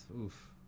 oof